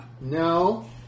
No